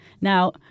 Now